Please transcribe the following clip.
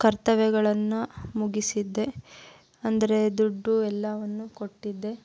ಕರ್ತವ್ಯಗಳನ್ನು ಮುಗಿಸಿದ್ದೆ ಅಂದರೆ ದುಡ್ಡು ಎಲ್ಲವನ್ನೂ ಕೊಟ್ಟಿದ್ದೆ